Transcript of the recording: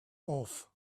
off